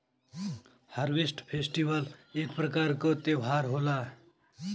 harvest festival एक प्रकार क त्यौहार होला